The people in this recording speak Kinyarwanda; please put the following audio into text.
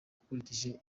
ukurikije